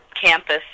campus